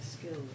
skills